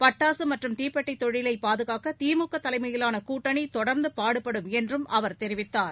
பட்டாசு மற்றும் தீப்பெட்டி தொழிலை பாதுகாக்க திமுக தலைமையிலான கூட்டணி தொடா்ந்து பாடுபடும் என்றும் அவர் தெரிவித்தார்